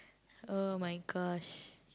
!oh-my-gosh!